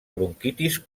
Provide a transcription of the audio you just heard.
bronquitis